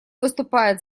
выступает